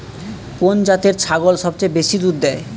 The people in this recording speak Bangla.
কোন জাতের ছাগল সবচেয়ে বেশি দুধ দেয়?